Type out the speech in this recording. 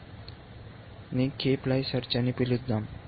కాబట్టి దీనిని k ply search అని పిలుద్దాం